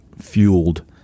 fueled